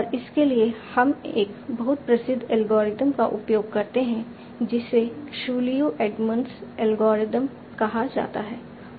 और इसके लिए हम एक बहुत प्रसिद्ध एल्गोरिथ्म का उपयोग करते हैं जिसे चू लियू एडमंड्स एल्गोरिथ्म कहा जाता है